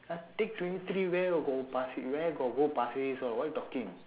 !huh! take twenty three where'll go pasir where got go pasir ris what what you talking